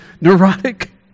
neurotic